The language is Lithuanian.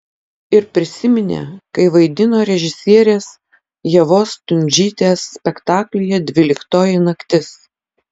ir prisiminė kai vaidino režisierės ievos stundžytės spektaklyje dvyliktoji naktis